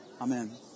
Amen